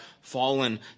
fallen